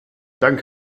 dank